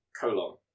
Colon